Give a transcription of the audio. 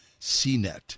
CNET